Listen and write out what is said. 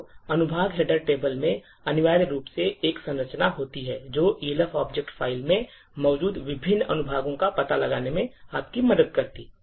तो अनुभाग header table में अनिवार्य रूप से एक संरचना होती है जो Elf object file में मौजूद विभिन्न अनुभागों का पता लगाने में आपकी मदद करेगी